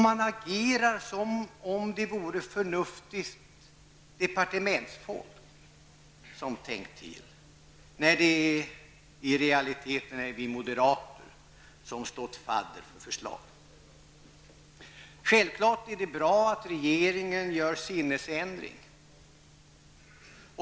Man agerar som om förnuftigt departementsfolk hade tänkt, trots att det i realiteten är vi moderater som stått fadder. Självklart är regeringens sinnesändring bra.